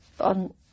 on